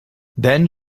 then